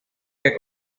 que